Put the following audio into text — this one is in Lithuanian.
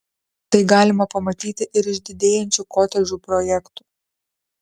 tai galima pamatyti ir iš didėjančių kotedžų projektų